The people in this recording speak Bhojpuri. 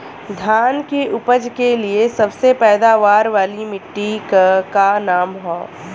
धान की उपज के लिए सबसे पैदावार वाली मिट्टी क का नाम ह?